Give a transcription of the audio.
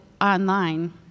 online